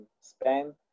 Spain